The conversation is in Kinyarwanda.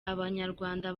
abanyarwanda